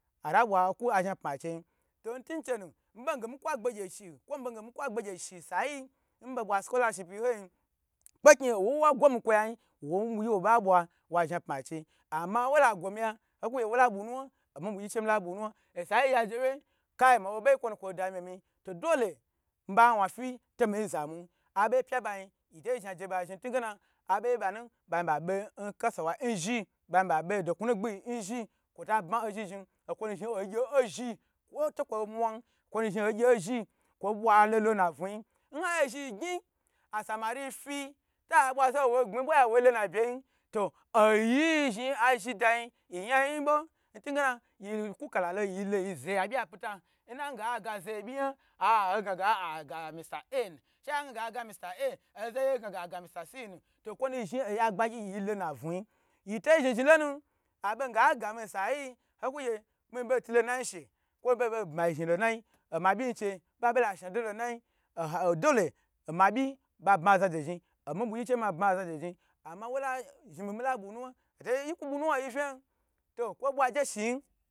Ara bwa ku azha pma chei to ntun n nchena benge mikuwa gbe gye shi sayi mibo bwa scholarship ho yi kpe kni owoyi wa gwo mi kwo yayi wo yin bo ba bwa wa zha pma chei ama wola gwo miya wola bu nawa amiyi bu gyi che mila bu nuwa saya gye je wye kai magye byi kwo nu kwo dami mi dole miba wan fi to mi zamu aboye pya ba ya yito zha je ba zhni aboyi bana ba zhni ba be nkasawayi nzhni, ba ba be do knu gbmi yi nzhi kwo to ba ozhi zhni okwo nu ogye ozhn to kwo mwa okwo na zhni ogy ozhi kwo bwa lolo na vu yi nha gye zhni gyn na samari fi ta bwo zaho wo gbmi bwa yan wolo nabye yin, oyiyi zhni azhidayin yiyan yiyin bo ntugena yiku kalalo yilo yi zo ya byi pyita nnage aye aga zaye byi yan ha ange ah aga mista a shange aga mista a zho hange aga mista c nu to okwona zhni oya gbagyi yilonavu yito zhi zhi lonu abonge agami sayi mibo tulo nayi ashe moba bma zhni lo nayin abyi che bayi bola shado lonayi aha dole oma byi ba bma zado zhni omi bu gyi che ma bma zado zhni mi mila bu nu wan hotagye yiku bu nuwa ayi vna n to kwo da je shi yin.